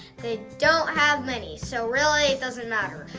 they don't have many, so really it doesn't matter.